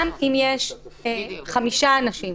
גם אם יש חמישה אנשים,